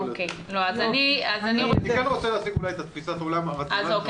אולי אציג את תפיסת העולם הרציונלית.